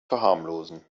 verharmlosen